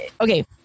okay